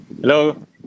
Hello